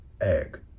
egg